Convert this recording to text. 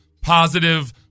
positive